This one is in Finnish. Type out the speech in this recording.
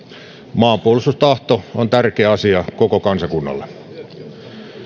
maanpuolustustahto on tärkeä asia koko kansakunnalle